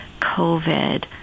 COVID